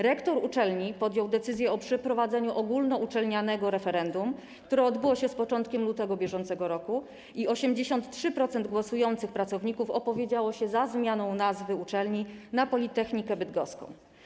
Rektor uczelni podjął decyzję o przeprowadzeniu ogólnouczelnianego referendum, które odbyło się z początkiem lutego br., i 83% głosujących pracowników opowiedziało się za zmianą nazwy uczelni na Politechnikę Bydgoską.